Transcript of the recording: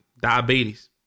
Diabetes